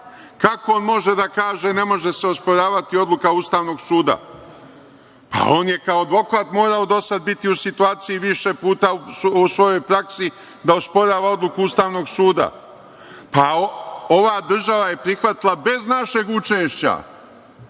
kako on može da kaže da se ne može osporavati odluka Ustavnog suda? On je kao advokat morao do sada biti u situaciji više puta u svojoj praksi da osporava odluku Ustavnog suda. Ova država je prihvatila bez našeg učešća